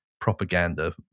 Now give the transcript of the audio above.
propaganda